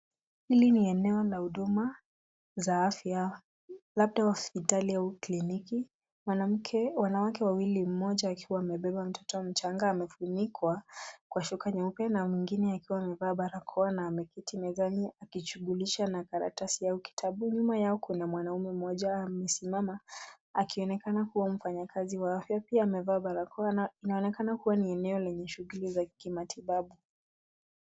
Hili ni eneo la huduma za afya, labda hospitali au kliniki. Mwanamke wa umri mdogo amebeba mtoto mchanga aliyezungushiwa shuka jeupe, na mwingine akiwa mwanaume, ameketi kwenye kiti, akichunguza kadi au kitabu. Upande wa juu kuna mwanamume mmoja amesimama, anaonekana kuwa mfanyakazi wa afya, pia akiwa mwanaume. Inaonekana kuwa ni eneo lenye shughuli za kitabibu.